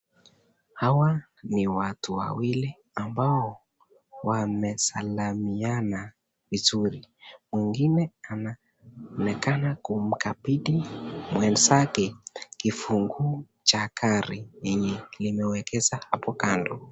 Hawa ni watu wawili ambao wamesalimiana vizuri mwingine anaonekana kumkabidhi mwenzake kifungu cha gari yenye imeegeshwa hapo kando.